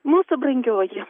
mūsų brangioji